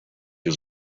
was